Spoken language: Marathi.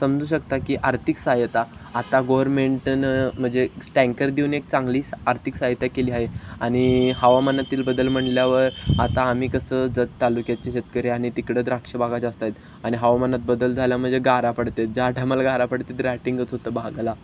समजू शकता की आर्थिक सहायता आता गोवरमेंटनं म्हणजे स्टँकर देऊन एक चांगली आर्थिक सहायता केली आहे आणि हवामानातील बदल म्हटल्यावर आता आम्ही कसं जत तालुक्याचे शेतकरी आणि तिकडं द्राक्ष बागा जास्त आहेत आणि हवामानात बदल झाला म्हणजे गारा पडतात ज्या टायमाला गारा पडतात रायटिंगच होतं बागाला